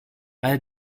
weil